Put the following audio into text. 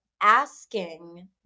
asking